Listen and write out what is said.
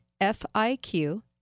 FIQ